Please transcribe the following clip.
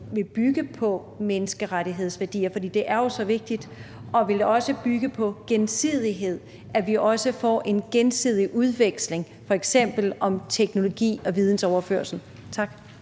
vil bygge på menneskerettighedsværdier? For det er jo så vigtigt. Og vil den også bygge på gensidighed, altså at vi også får en gensidig udveksling, f.eks. om teknologi og vidensoverførsel? Tak.